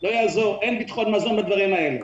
לא יעזור, אין ביטחון מזון בדברים האלה.